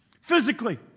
physically